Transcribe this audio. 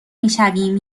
میشویم